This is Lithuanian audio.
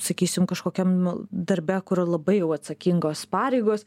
sakysim kažkokiam darbe kur labai jau atsakingos pareigos